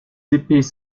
épées